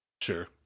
Sure